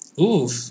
oof